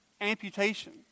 amputation